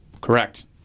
Correct